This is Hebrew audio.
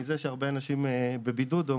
מזה שהרבה אנשים שוהים בבידוד.